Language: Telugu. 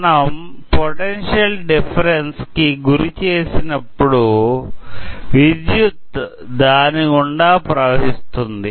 మనం పొటెన్షియల్ డిఫరెన్స్ కి గురి చేసినప్పుడు విద్యుత్ దాని గుండా ప్రవహిస్తుంది